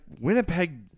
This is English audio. Winnipeg